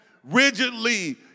Rigidly